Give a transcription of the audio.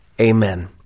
Amen